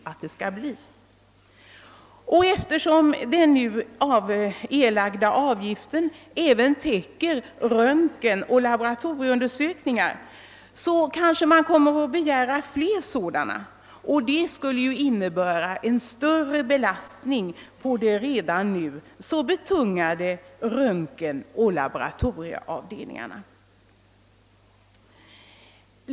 även kostnaderna för röntgenoch laboratorieundersökningar täcks ju av den erlagda avgiften, och patienterna kommer kanske därför att begära flera sådana undersökningar, vilket skulle innebära en större belastning på de redan nu hårt betungade röntgenoch laboratorieavdelningarna.